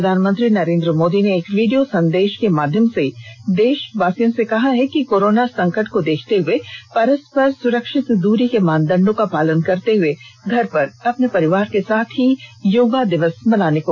प्रधानमंत्री नरेन्द्र मोदी ने एक वीडियो संदेश के माध्यम से देशवासियों से कहा है कि कोरोना संकट को देखते हए पररस्पर सुरक्षित दुरी के मानदंडों का पालन करते हुए घर पर अपने परिवार के साथ ही योगा दिवस मनाएं